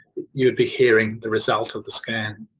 you'd be hearing the result of the scan.